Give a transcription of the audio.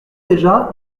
déjà